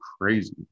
crazy